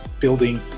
building